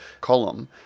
column